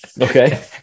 Okay